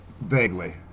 Vaguely